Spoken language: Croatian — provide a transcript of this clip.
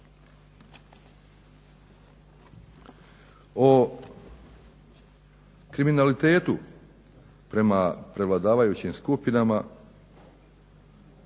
O kriminalitetu prema prevladavajućim skupinama